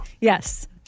Yes